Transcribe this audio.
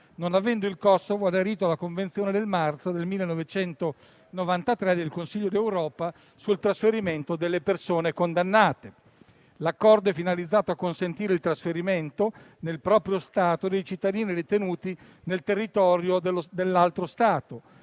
non avendo il Kosovo aderito alla Convenzione del marzo del 1993 del Consiglio d'Europa sul trasferimento delle persone condannate. L'Accordo è finalizzato a consentire il trasferimento - nel proprio Stato - dei cittadini detenuti nel territorio dell'altro Stato